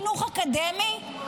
חינוך אקדמי,